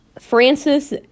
Francis